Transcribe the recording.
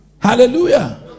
Hallelujah